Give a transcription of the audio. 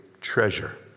treasure